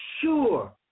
sure